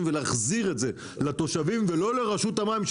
ולהחזיר את זה לתושבים ולא לרשות המים,